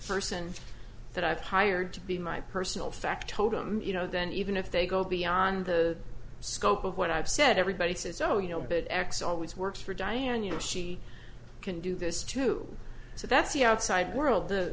person that i've hired to be my personal factotum you know then even if they go beyond the scope of what i've said everybody says oh you know but x always works for diane you know she can do this too so that's the outside world the